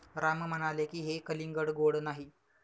राम म्हणाले की, हे कलिंगड गोड नाही